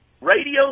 radio